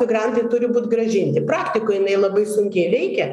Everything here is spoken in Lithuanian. migrantai turi būt grąžinti praktikoj jinai labai sunki reikia